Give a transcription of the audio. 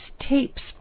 tapes